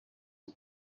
who